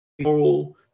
Moral